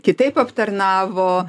kitaip aptarnavo